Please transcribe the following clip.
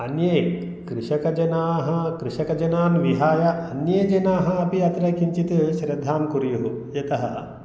अन्ये कृषकजनाः कृषकजनान् विहाय अन्ये जनाः अपि अत्र किञ्चित् श्रद्धां कुर्युः यतः